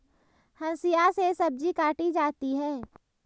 हंसिआ से सब्जी काटी जाती है